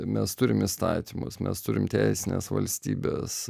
mes turim įstatymus mes turim teisines valstybes